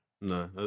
No